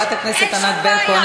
אין שום בעיה.